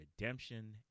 redemption